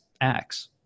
acts